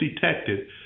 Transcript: detected